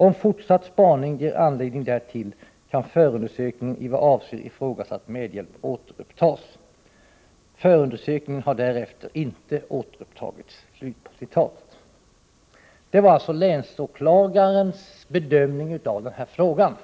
Om fortsatt spaning ger anledning därtill kan förundersökningen i vad avser ifrågasatt medhjälp återupptas.” Förundersökningen har därefter inte återupptagits.” Detta var alltså länsåklagarens bedömning av den här frågan.